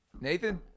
Nathan